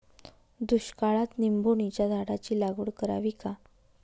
दुष्काळात निंबोणीच्या झाडाची लागवड करावी का?